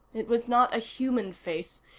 it was not a human face.